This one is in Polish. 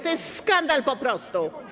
To jest skandal po prostu.